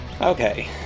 Okay